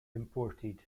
imported